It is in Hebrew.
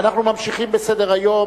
אנחנו ממשיכים בסדר-היום.